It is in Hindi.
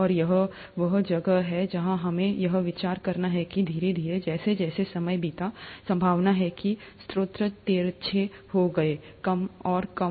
और यह वह जगह है जहां हमें यह विचार करना है कि धीरे धीरे जैसे जैसे समय बीता संभावना है कि स्रोत तिरछे हो गए कम और कम हो गए